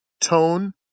tone